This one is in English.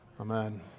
Amen